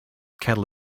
kettle